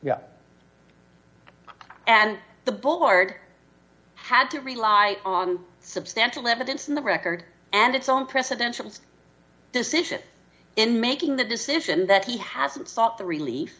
that and the board had to rely on substantial evidence in the record and its own presidential decision in making the decision that he hasn't sought the relief